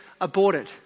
aborted